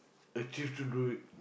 achieve to do it